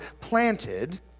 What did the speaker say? planted